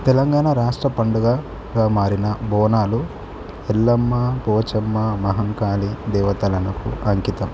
తెలంగాణ రాష్ట్ర పండుగగా మారిన బోనాలు ఎల్లమ్మ పోచమ్మ మహంకాళి దేవతాలనకు అంకితం